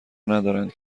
ندارند